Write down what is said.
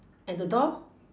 and the door